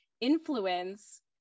influence